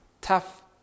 tough